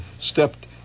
stepped